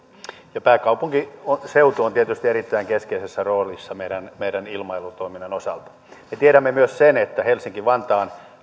ja pääkaupunkiseutu on tietysti erittäin keskeisessä roolissa meidän meidän ilmailutoiminnan osalta me tiedämme myös sen että helsinki vantaan